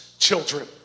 children